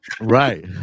Right